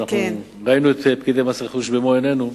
ואנחנו ראינו את פקידי מס רכוש במו עינינו,